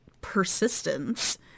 persistence